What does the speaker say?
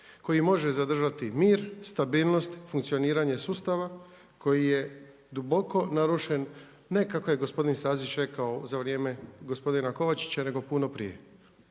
koji može zadržati mir, stabilnost funkcioniranja sustava koji je duboko narušen, ne kako je gospodin Stazić rekao za vrijeme gospodina Kovačića nego puno prije.